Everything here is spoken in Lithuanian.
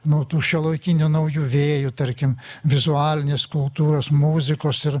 na tų šiuolaikinių naujų vėjų tarkim vizualinės kultūros muzikos ir